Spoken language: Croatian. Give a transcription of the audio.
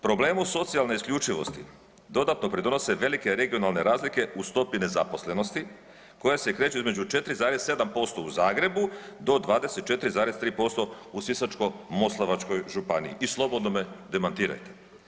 Problemu socijalne isključivosti dodatno pridonose velike regionalne razlike u stopi nezaposlenosti koje se kreću između 4,7% u Zagrebu do 24,3% u Sisačko-moslavačkoj županiji i slobodno me demantirajte.